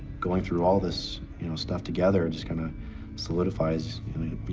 going through all this you know stuff together just kind of solidifies